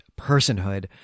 personhood